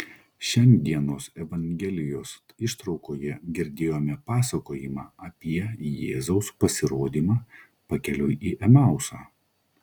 šiandienos evangelijos ištraukoje girdėjome pasakojimą apie jėzaus pasirodymą pakeliui į emausą